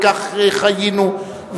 וכך חיינו,